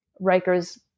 Rikers